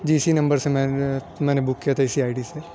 جی اسی نمبر سے میں نے میں نے بک کیا تھا اسی آئی ڈی سے